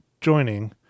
joining